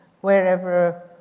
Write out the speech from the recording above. wherever